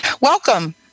welcome